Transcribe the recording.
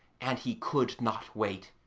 and he could not wait.